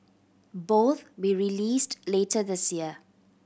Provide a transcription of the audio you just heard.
both be released later this year